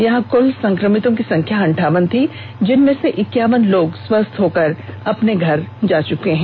यहां कल संक्रमितों की संख्या अनठावन थी जिनमें से एक्कावन लोग स्वस्थ होकर अपने घर जा चुके हैं